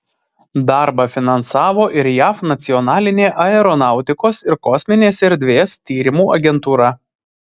darbą finansavo ir jav nacionalinė aeronautikos ir kosminės erdvės tyrimų agentūra